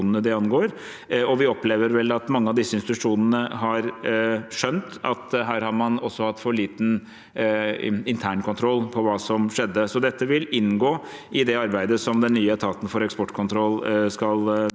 Vi opplever vel at mange av disse institusjonene har skjønt at man her har hatt for liten internkontroll på det som skjedde, så dette vil inngå i det arbeidet som den nye etaten for eksportkontroll skal drive